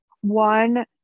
one